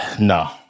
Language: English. No